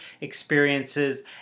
experiences